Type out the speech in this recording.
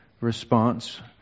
response